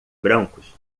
brancos